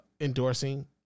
endorsing